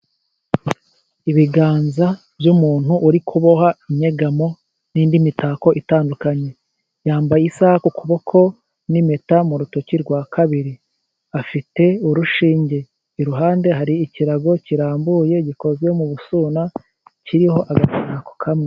Ibiganza by'umuntu uri kuboha inyegamo n'indi mitako itandukanye. Yambaye isaha ku kuboko n'impeta mu rutoki rwa kabiri, afite urushinge. Iruhande hari ikirago kirambuye gikozwe mu busuna, kiriho agatako kamwe.